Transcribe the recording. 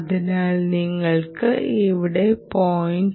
അതിനാൽ നിങ്ങൾക്ക് ഇവിടെ 0